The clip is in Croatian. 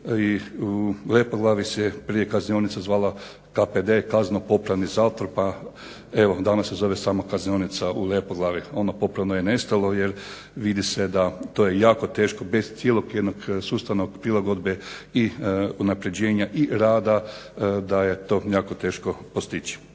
i Lepoglavi se prije kaznionica zvala KPZ Kazneno popravni zatvor evo danas se zove samo Kaznionica u Lepoglavi, ono popravno je nestalo jer vidi se da je to jako teško bez cijelog jednog sustavnog prilagodbe i unapređenja i rada da je to jako teško postići.